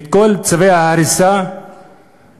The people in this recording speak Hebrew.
את כל צווי ההריסה בכלל.